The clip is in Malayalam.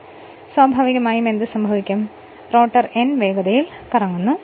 അതിനാൽ സ്വാഭാവികമായും എന്ത് സംഭവിക്കും റോട്ടർ n വേഗതയിൽ കറങ്ങിക്കൊണ്ടിരിക്കുന്നു